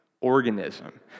organism